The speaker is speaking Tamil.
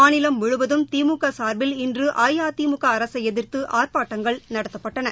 மாநிலம் முழுவதும் திமுக சார்பில் இன்று அஇஅதிமுக அரசை எதிர்து ஆர்ப்பாட்டங்கள் நடத்தப்பட்டன